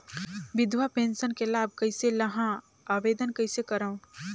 विधवा पेंशन के लाभ कइसे लहां? आवेदन कइसे करव?